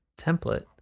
template